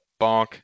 Bonk